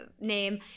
name